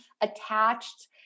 Attached